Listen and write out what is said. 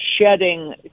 shedding